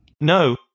No